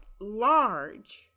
large